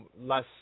less